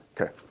Okay